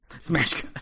Smash